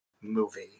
movie